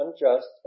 unjust